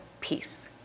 peace